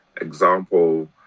example